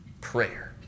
prayer